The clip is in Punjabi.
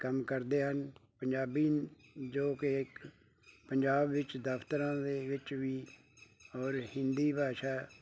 ਕੰਮ ਕਰਦੇ ਹਨ ਪੰਜਾਬੀ ਜੋ ਕਿ ਪੰਜਾਬ ਵਿੱਚ ਦਫਤਰਾਂ ਦੇ ਵਿੱਚ ਵੀ ਔਰ ਹਿੰਦੀ ਭਾਸ਼ਾ